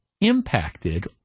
impacted